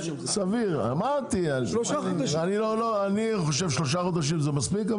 אני חושב שלושה חודשים זה מספיק,